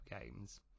games